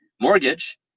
mortgage